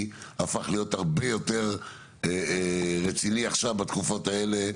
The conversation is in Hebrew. הפך להיות הרבה יותר רציני עכשיו בתקופות האלה?